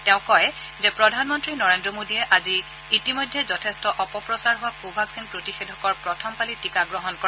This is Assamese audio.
তেওঁ কয় যে প্ৰধানমন্ত্ৰী নৰেন্দ্ৰ মোডীয়ে আজি ইতিমধ্যে যথেষ্ট অপপ্ৰচাৰ হোৱা কভাক্সিন প্ৰতিষেধকৰ প্ৰথম পালি টীকা গ্ৰহণ কৰে